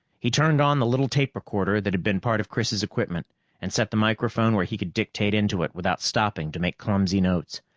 he turned on the little tape recorder that had been part of chris' equipment and set the microphone where he could dictate into it without stopping to make clumsy notes.